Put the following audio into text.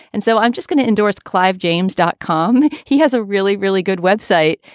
and so i'm just going to endorse clive james dot com. he has a really, really good website,